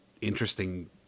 interesting